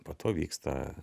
po to vyksta